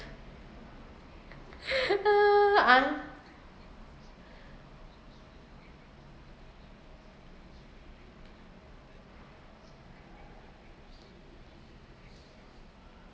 uh uh